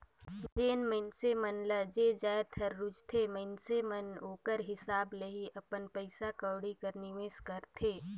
जेन मइनसे मन ल जे जाएत हर रूचथे मइनसे मन ओकर हिसाब ले ही अपन पइसा कउड़ी कर निवेस करथे